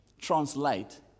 translate